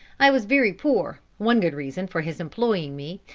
i was very poor one good reason, for his employing me,